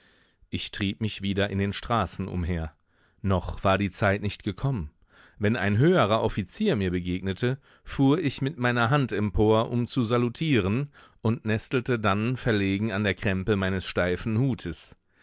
ich trieb mich wieder in den straßen umher noch war die zeit nicht gekommen wenn ein höherer offizier mir begegnete fuhr ich mit meiner hand empor um zu salutieren und nestelte dann verlegen an der krämpe meines steifen hutes